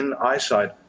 eyesight